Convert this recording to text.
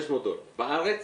בארץ